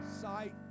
sight